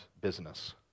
business